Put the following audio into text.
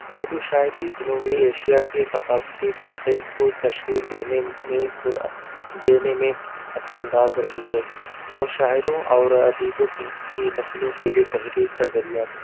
اردو شاعری جنوبی ایشیا کے ثقافتی تشخیص کو تشکیل دینے میں پورا دینے میں اثر انداز رہی ہے اور شاعروں اور ادیبوں کی کی نسلوں کے لئے تحریک کا ذریعہ رہی ہے